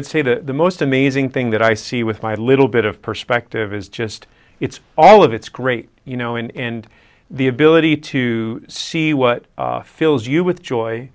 would say the most amazing thing that i see with my little bit of perspective is just it's all of it's great you know and the ability to see what fills you with joy